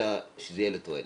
אלא שזה יהיה לתועלת.